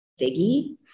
figgy